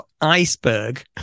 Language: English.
iceberg